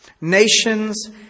Nations